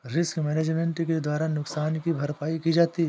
risk management के द्वारा नुकसान की भरपाई की जाती है